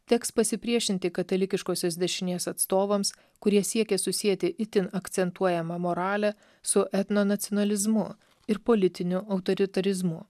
teks pasipriešinti katalikiškosios dešinės atstovams kurie siekia susieti itin akcentuojamą moralę su etno nacionalizmu ir politiniu autoritarizmu